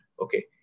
Okay